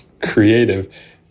creative